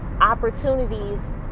opportunities